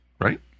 right